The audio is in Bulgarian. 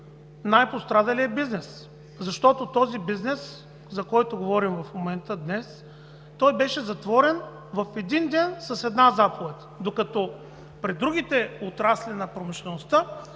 най-пострадалия бизнес, защото този бизнес, за който говорим в момента, днес той беше затворен в един ден с една заповед, докато при другите отрасли на промишлеността